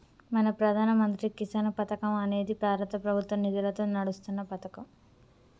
మన ప్రధాన మంత్రి కిసాన్ పథకం అనేది భారత ప్రభుత్వ నిధులతో నడుస్తున్న పతకం